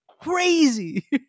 Crazy